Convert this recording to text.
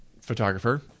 photographer